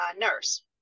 nurse